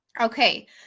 okay